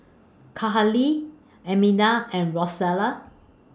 Kahlil Armida and Rosella